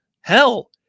hell